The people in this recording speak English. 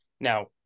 Now